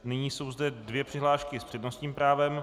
Nyní jsou zde dvě přihlášky s přednostním právem.